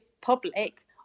public